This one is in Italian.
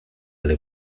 alle